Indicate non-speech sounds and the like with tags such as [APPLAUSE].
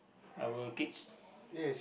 our kids [BREATH]